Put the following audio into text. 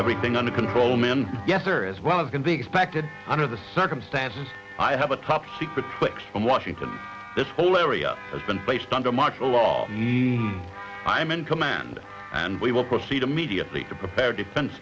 everything under control man yes there is one of can be expected under the circumstances i have a top secret in washington this whole area has been placed under martial law i'm in command and we will proceed immediately to prepare defen